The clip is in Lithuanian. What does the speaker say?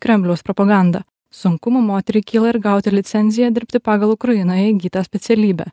kremliaus propaganda sunkumų moteriai kyla ir gauti licenziją dirbti pagal ukrainoje įgytą specialybę